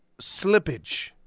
slippage